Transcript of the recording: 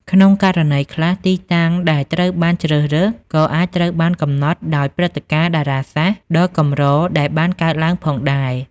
ក្នុងករណីខ្លះ ទីតាំងដែលត្រូវបានជ្រើសរើសក៏អាចត្រូវបានកំណត់ដោយព្រឹត្តិការណ៍តារាសាស្ត្រដ៏កម្រដែលបានកើតឡើងផងដែរ។